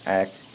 act